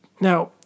now